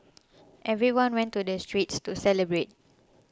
everyone went to the streets to celebrate